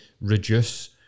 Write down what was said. reduce